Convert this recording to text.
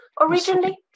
originally